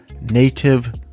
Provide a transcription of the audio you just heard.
native